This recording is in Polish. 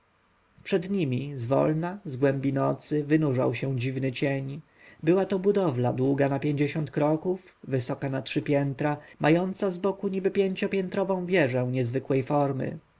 przed nimi zwolna z głębi nocy wynurzał się dziwny cień była to budowla długa na pięćdziesiąt kroków wysoka na trzy piętra mająca zboku niby pięciopiętrową wieżę niezwykłej formy